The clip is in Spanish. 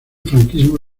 franquismo